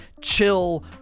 chill